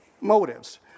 motives